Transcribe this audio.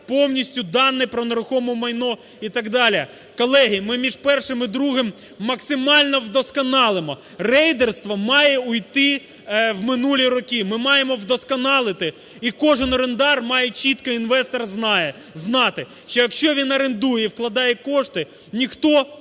повністю дані про нерухоме майно і так далі. Колеги, ми між першим і другим максимально вдосконалимо. Рейдерство має увійти в минулі роки, ми маємо вдосконалити. І кожен орендар має чітко, інвестор, знати, що якщо він орендує і вкладає кошти, ніхто у нього